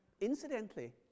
incidentally